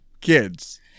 kids